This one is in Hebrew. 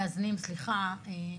מאזנים, סליחה.